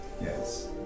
Yes